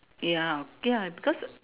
ya ya because